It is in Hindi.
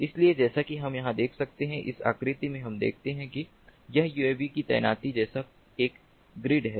इसलिए जैसा कि हम यहां देख सकते हैं इस आकृति में हम देखते हैं कि यह यूएवी की तैनाती जैसा एक ग्रिड है